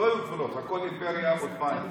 לא היו גבולות, הכול האימפריה העות'מאנית.